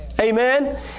Amen